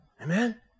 Amen